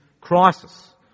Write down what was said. crisis